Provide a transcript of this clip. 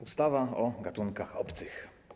Ustawa o gatunkach obcych.